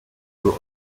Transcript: two